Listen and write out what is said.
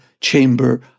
chamber